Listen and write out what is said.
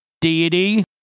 deity